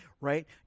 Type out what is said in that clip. right